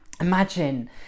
Imagine